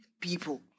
people